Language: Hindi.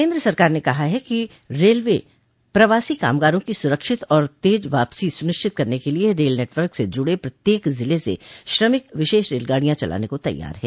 केन्द्र सरकार ने कहा है कि रेलवे प्रवासी कामगारों की सुरक्षित और तेज वापसी सुनिश्चित करने के लिये रेल नेटवर्क से जुड़े प्रत्येक जिले स श्रमिक विशेष रेलगाड़ियां चलाने को तैयार है